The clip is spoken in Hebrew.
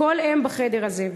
לכל אם בחדר הזה,